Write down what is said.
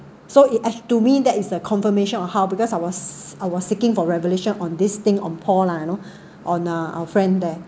so it ac~ to me that is a confirmation of how because I was I was seeking for revelation on this thing on paul lah you know on uh our friend there